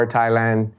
Thailand